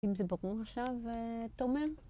אם זה ברור עכשיו, תומר.